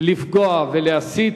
לפגוע ולהסית?